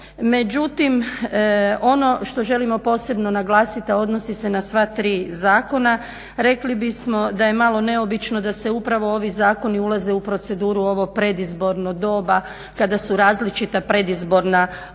Međutim ono što želimo posebno naglasiti a odnosi se na sva tri zakona rekli bismo da je malo neobično da se upravo ovi zakoni ulaze u proceduru u ovo predizborno doba kada su različita predizborna obećanja